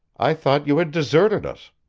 i thought you had deserted us.